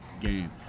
game